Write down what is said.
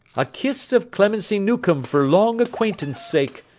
a kiss of clemency newcome for long acquaintance sake!